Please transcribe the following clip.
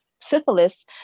syphilis